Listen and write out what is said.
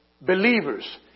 believers